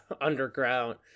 underground